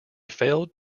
failed